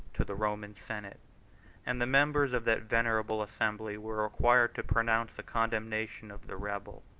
to the roman senate and the members of that venerable assembly were required to pronounce the condemnation of the rebel.